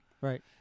Right